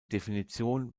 definition